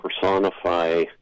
personify